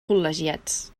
col·legiats